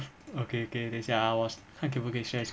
okay okay 等一下 ah 看可以不可以 share